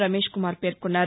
రమేష్ కుమార్ పేర్కోన్నారు